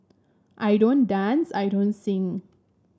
I don't dance I don't sing